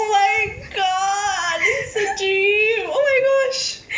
oh my god this is a dream oh my god